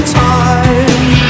time